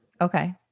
Okay